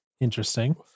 interesting